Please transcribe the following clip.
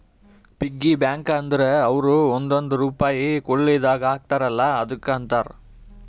piggy bank ಅಂದುರ್ ಅವ್ರು ಒಂದೊಂದ್ ರುಪೈ ಕುಳ್ಳಿದಾಗ ಹಾಕ್ತಾರ ಅಲ್ಲಾ ಅದುಕ್ಕ ಅಂತಾರ